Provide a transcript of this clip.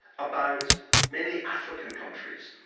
about mainly african countries,